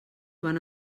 van